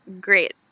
Great